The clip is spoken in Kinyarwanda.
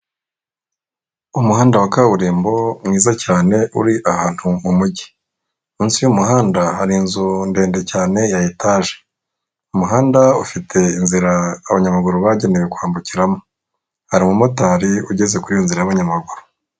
Umuhanda wa kaburimbo mwiza cyane uri ahantu mu mujyi, munsi y'umuhanda hari inzu ndende cyane ya etage, umuhanda ufite inzira abanyamaguru bagenewe kwambukiramo, hari umu motari ugeze kuri iyo nzira y'abanyamaguru.